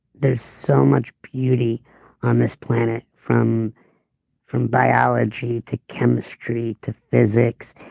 there's so much beauty on this planet from from biology, to chemistry, to physics,